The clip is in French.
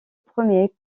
premier